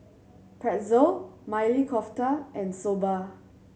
Pretzel Maili Kofta and Soba